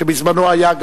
שבזמנו היה,